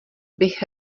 bych